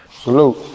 Salute